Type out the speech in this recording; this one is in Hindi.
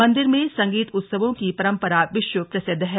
मंदिर में संगीत उत्सवों की परम्परा विश्व प्रसिद्व है